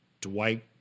dwight